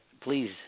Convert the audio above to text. please